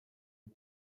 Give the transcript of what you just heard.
aux